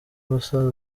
basaza